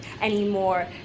anymore